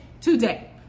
today